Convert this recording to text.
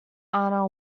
ana